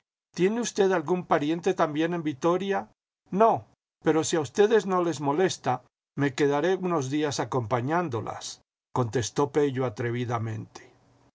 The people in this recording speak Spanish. tiene usted algún pariente también en vitoria no pero si a ustedes no les molesta me quedaré unos días acompañándolas contestó pello atrevidamente